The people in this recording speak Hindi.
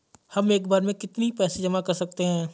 हम एक बार में कितनी पैसे जमा कर सकते हैं?